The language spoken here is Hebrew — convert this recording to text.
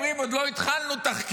אומרים: עוד לא התחלנו תחקירים.